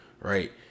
right